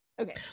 Okay